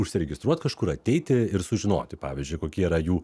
užsiregistruot kažkur ateiti ir sužinoti pavyzdžiui kokie yra jų